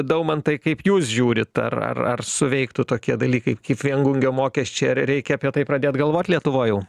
daumantai kaip jūs žiūrit ar ar ar suveiktų tokie dalykai kaip viengungio mokesčiai ar reikia apie tai pradėt galvot lietuvoj jau